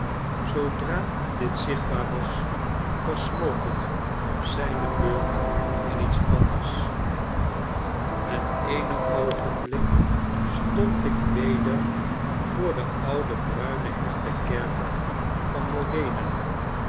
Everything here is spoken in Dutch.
zoodra dit zichtbaar was versmolt het op zijne beurt in iets anders het eene oogenblik stond ik weder voor den ouden bruinen hechten kerker van modena